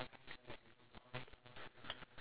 you don't have the shoe right okay